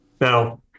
Now